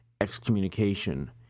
excommunication